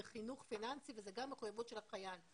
זה חינוך פיננסי וזה גם מחויבות של החייל.